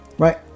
right